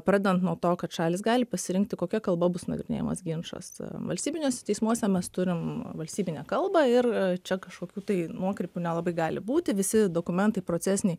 pradedant nuo to kad šalys gali pasirinkti kokia kalba bus nagrinėjamas ginčas valstybiniuose teismuose mes turim valstybinę kalbą ir čia kažkokių tai nuokrypių nelabai gali būti visi dokumentai procesiniai